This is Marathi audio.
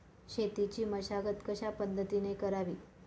शेतीची मशागत कशापद्धतीने करावी?